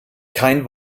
kein